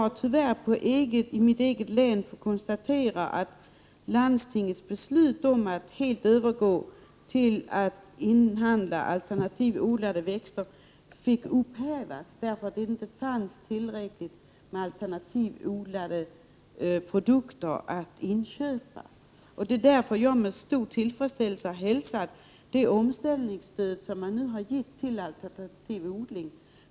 I mitt eget län har jag dock tyvärr fått konstatera att landstingets beslut om att man helt skall övergå till att inhandla alternativodlade växter fick upphävas, eftersom det inte fanns tillräckligt med alternativodlade produkter att inköpa. Därför hälsar jag med stor tillfredsställelse det omställningsstöd som man nu har gett till alternativ odling.